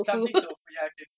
so